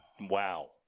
Wow